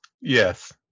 yes